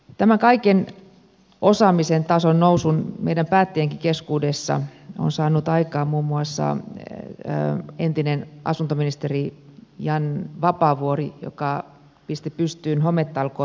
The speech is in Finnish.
tämän kaiken osaamisen tason nousun meidän päättäjienkin keskuudessa on saanut aikaan muun muassa entinen asuntoministeri jan vapaavuori joka pisti pystyyn hometalkoot